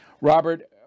Robert